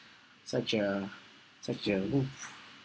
such a such a move